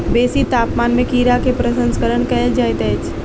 बेसी तापमान में कीड़ा के प्रसंस्करण कयल जाइत अछि